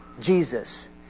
Jesus